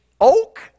oak